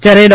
જ્યારે ડો